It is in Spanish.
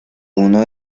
uno